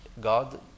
God